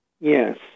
Yes